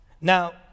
Now